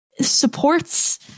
supports